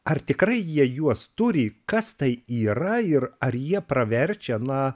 ar tikrai jie juos turi kas tai yra ir ar jie praverčia na